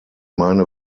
meine